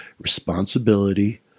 responsibility